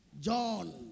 John